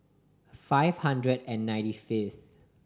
five hundred and ninety fifth